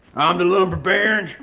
i'm the lumber baron,